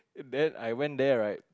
and then I went there right